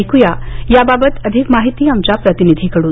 ऐकूया याबाबत अधिक माहिती आमच्या प्रतिनिधीकडून